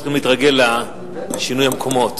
אנחנו צריכים להתרגל לשינוי המקומות.